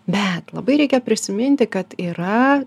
bet labai reikia prisiminti kad yra